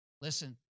Listen